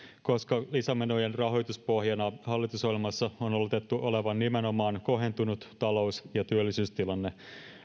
koska lisämenojen rahoituspohjana hallitusohjelmassa on oletettu olevan nimenomaan kohentunut talous ja työllisyystilanne